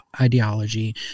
ideology